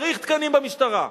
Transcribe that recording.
צריך תקנים במשטרה.